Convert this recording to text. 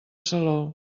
salou